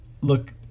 look